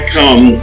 come